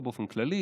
לא באופן כללי,